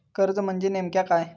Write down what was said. कर्ज म्हणजे नेमक्या काय?